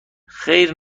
خیر